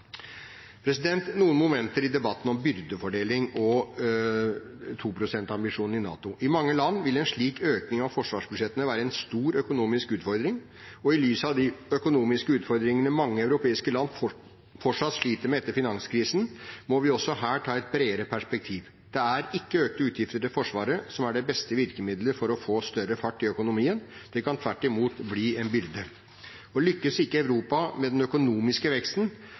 Noen momenter i debatten om byrdefordeling og 2 pst.-ambisjonen i NATO: I mange land vil en slik økning av forsvarsbudsjettene være en stor økonomisk utfordring, og i lys av de økonomiske utfordringene mange europeiske land fortsatt sliter med etter finanskrisen, må vi også her ta et bredere perspektiv. Det er ikke økte utgifter til forsvaret som er det beste virkemiddelet for å få større fart i økonomien. Det kan tvert imot bli en byrde. Lykkes ikke Europa med den økonomiske veksten,